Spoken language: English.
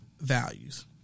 values